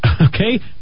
okay